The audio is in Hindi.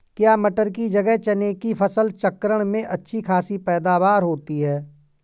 क्या मटर की जगह चने की फसल चक्रण में अच्छी खासी पैदावार होती है?